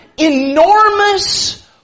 enormous